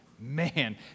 Man